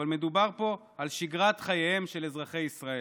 אבל מדובר פה על שגרת חייהם של אזרחי ישראל,